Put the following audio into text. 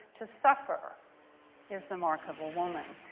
to suffer is the mark of a woman.